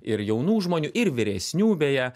ir jaunų žmonių ir vyresnių beje